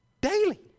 Daily